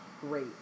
Great